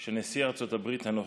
של נשיא ארצות הברית הנוכחי.